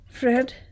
Fred